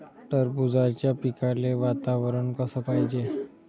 टरबूजाच्या पिकाले वातावरन कस पायजे?